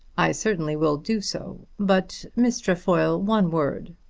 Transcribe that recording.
i certainly will do so. but miss trefoil, one word.